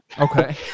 Okay